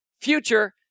future